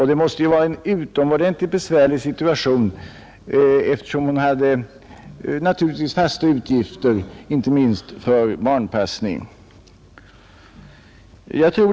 Det måste ha varit en utomordentligt besvärlig situation för vederbörande, eftersom hon naturligtvis hade fasta utgifter inte minst för barnpassning.